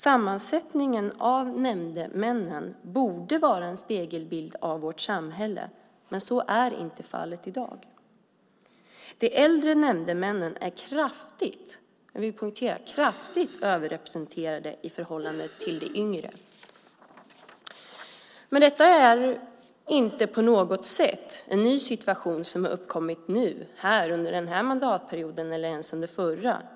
Sammansättningen av nämndemännen borde vara en spegelbild av vårt samhälle, men så är inte fallet i dag. De äldre nämndemännen är kraftigt överrepresenterade i förhållande till de yngre. Detta är inte på något sätt en ny situation som har uppkommit under den här mandatperioden eller ens under den förra.